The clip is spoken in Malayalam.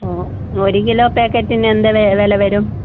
ഒ ഒര് കിലോ പായ്ക്കറ്റിന് എന്ത് വില വരും